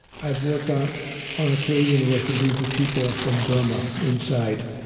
i've worked on on occasion with a group of people from burma inside,